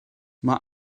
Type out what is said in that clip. mae